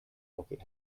rocket